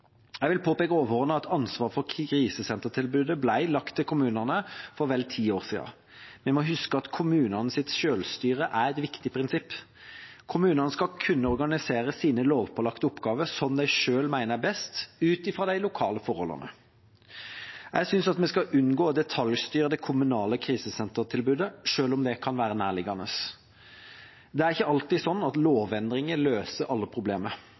Jeg vil overordnet påpeke at ansvaret for krisesentertilbudet ble lagt til kommunene for vel ti år siden. Vi må huske at kommunenes selvstyre er et viktig prinsipp. Kommunene skal kunne organisere sine lovpålagte oppgaver sånn de selv mener er best, ut fra de lokale forholdene. Jeg syns at vi skal unngå å detaljstyre det kommunale krisesentertilbudet, selv om det kan være nærliggende. Det er ikke alltid sånn at lovendringer løser alle problemer.